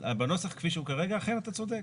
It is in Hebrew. בנוסח כפי שהוא כרגע, אכן אתה צודק.